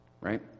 right